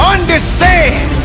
Understand